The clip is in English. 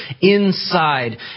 inside